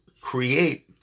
create